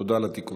תודה על התיקון.